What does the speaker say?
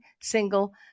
single